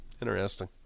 Interesting